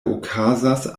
okazas